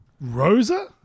rosa